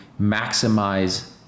maximize